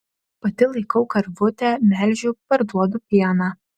pati laikau karvutę melžiu parduodu pieną